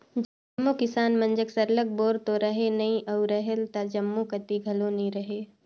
जम्मो किसान मन जग सरलग बोर तो रहें नई अउ रहेल त जम्मो कती घलो नी रहे